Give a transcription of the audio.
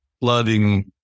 flooding